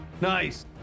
Nice